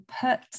put